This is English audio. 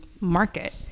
market